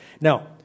Now